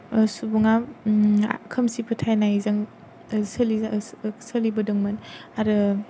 सुबुङा खोमसि फोथायनायजों सोलिजा सोलिबोदोंमोन आरो